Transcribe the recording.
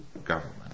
government